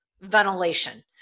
ventilation